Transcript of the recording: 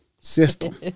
system